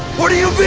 what do you mean?